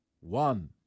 one